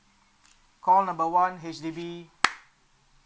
call number one H_D_B